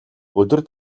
өдөр